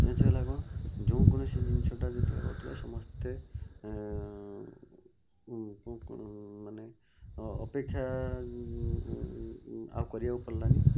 change ହେଇଗଲା କଣ ଯୋଉ କୌଣସି ଜିନିଷଟା ଯେତେବେଳର ବର୍ତ୍ତିଲା ସମସ୍ତେ ଏଁ ମାନେ ଅପେକ୍ଷା ଉଁ ଆଉ କରିବାକୁ ପଡ଼ିଲାନି